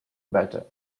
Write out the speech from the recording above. better